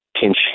pinch